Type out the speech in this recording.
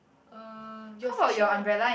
uh your fisherman